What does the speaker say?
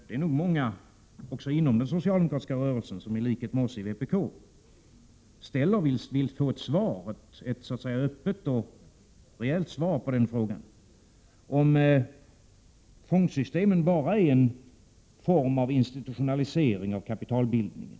Det är många också inom den socialdemokratiska rörelsen som i likhet med oss i vpk i stället vill ha ett öppet och rejält svar på frågan om fondsystemen bara är en form av institutionalisering av kapitalbildningen.